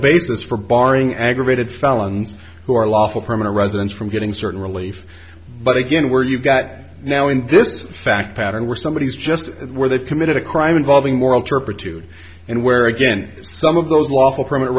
basis for barring aggravated felons who are lawful permanent residents from getting certain relief but again where you've got now in this fact pattern where somebody is just where they've committed a crime involving moral turpitude and where again some of those lawful permanent